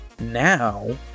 Now